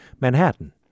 Manhattan